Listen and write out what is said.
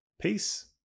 peace